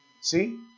See